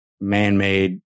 man-made